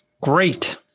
great